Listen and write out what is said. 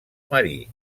marí